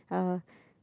uh